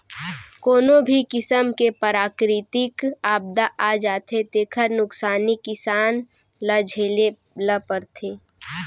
कोनो भी किसम के पराकिरितिक आपदा आ जाथे तेखर नुकसानी किसान ल झेले ल परथे